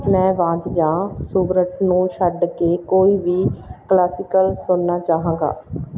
ਮੈਂ ਬਾਚ ਜਾਂ ਸ਼ੂਬਰਟ ਨੂੰ ਛੱਡ ਕੇ ਕੋਈ ਵੀ ਕਲਾਸੀਕਲ ਸੁਣਨਾ ਚਾਹਾਂਗਾ